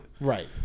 right